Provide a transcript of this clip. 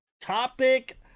Topic